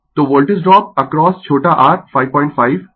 तो voltage drop across छोटा r 55 है